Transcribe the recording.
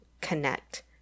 connect